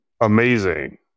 amazing